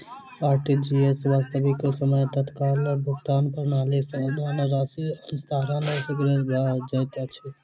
RTGS, वास्तविक समय तत्काल भुगतान प्रणाली, सॅ धन राशि हस्तांतरण शीघ्र भ जाइत अछि